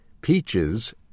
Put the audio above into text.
peaches